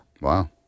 Wow